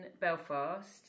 Belfast